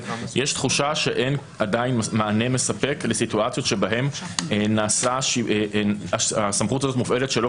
יש תחושה שאין עדיין מענה ספק לסיטואציות בהן הסמכות הזו מופעלת שלא